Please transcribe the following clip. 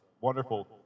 wonderful